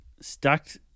stacked